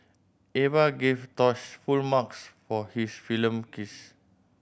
Eva gave Tosh full marks for his film kiss